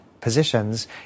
positions